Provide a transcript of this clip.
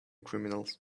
criminals